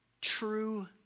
True